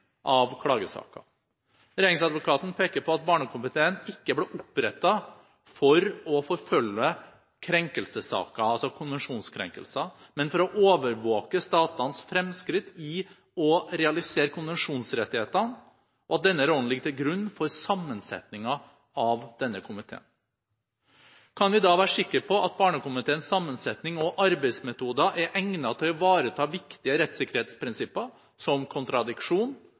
av klagesaker. Regjeringsadvokaten peker på at Barnekomiteen ikke ble opprettet for å forfølge krenkelsessaker, altså konvensjonskrenkelser, men for å overvåke statenes fremskritt i å realisere konvensjonsrettighetene, og at denne rollen ligger til grunn for sammensetningen av denne komiteen. Kan vi da være sikre på at Barnekomiteens sammensetning og arbeidsmetoder er egnet til å ivareta viktige rettssikkerhetsprinsipper som kontradiksjon